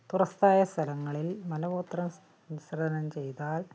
തുറസ്സായ സ്ഥലങ്ങളിൽ മലമൂത്ര വിസർജ്ജനം ചെയ്താൽ